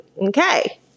Okay